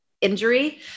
injury